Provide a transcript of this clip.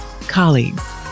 colleagues